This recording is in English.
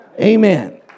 Amen